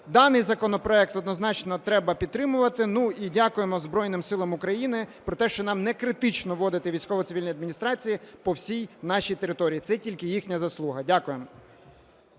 Даний законопроект однозначно треба підтримувати. Ну, і дякуємо Збройним Силам України про те, що нам некритично вводити військово-цивільні адміністрації по всій нашій території, це тільки їхня заслуга. Дякуємо.